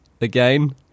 again